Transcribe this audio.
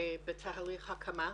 בתהליך הקמה.